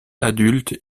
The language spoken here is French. adultes